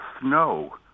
snow